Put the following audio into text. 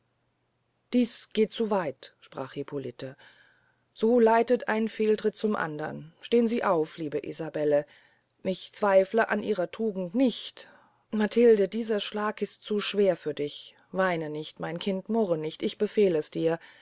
dies geht zu weit sprach hippolite so leitet ein fehltritt zum andern stehn sie auf liebe isabelle ich zweifle an ihrer tugend nicht matilde dieser schlag ist zu schwer für dich weine nicht mein kind murre nicht ich befehl es dir